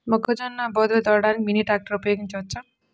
మొక్కజొన్న బోదెలు తోలడానికి మినీ ట్రాక్టర్ ఉపయోగించవచ్చా?